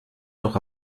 noch